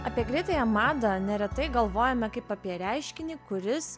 apie greitąją madą neretai galvojame kaip apie reiškinį kuris